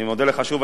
אני מודה לך שוב,